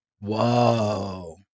Whoa